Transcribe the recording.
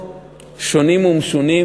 רעיונות שונים ומשונים.